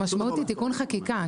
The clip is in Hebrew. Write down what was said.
המשמעות היא תיקון חקיקה,